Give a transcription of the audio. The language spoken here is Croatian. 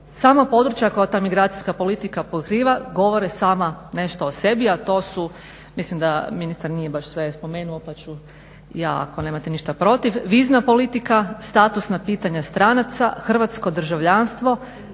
Sama područja koja ta migracijska politika pokriva govore sama nešto o sebi, a to su mislim da ministar nije baš sve spomenuo pa ću ja ako nemate ništa protiv, vizna politika, statusna pitanja stranaca, hrvatsko državljanstvo,